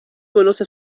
conoce